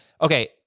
okay